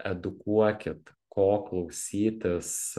edukuokit ko klausytis